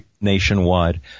nationwide